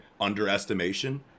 underestimation